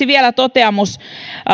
vielä toteamus